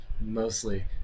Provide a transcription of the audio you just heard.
mostly